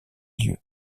lieux